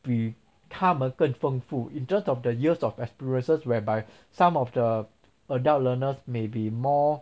比他们更丰富 in terms of the years of experiences whereby some of the adult learners may be more